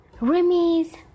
Remy's